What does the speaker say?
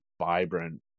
vibrant